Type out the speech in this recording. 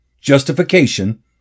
Justification